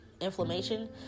inflammation